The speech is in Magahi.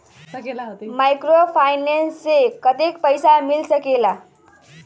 माइक्रोफाइनेंस से कतेक पैसा मिल सकले ला?